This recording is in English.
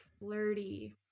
flirty